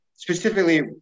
Specifically